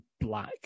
black